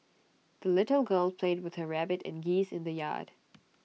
the little girl played with her rabbit and geese in the yard